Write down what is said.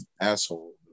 asshole